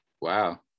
Wow